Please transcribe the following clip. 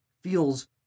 feels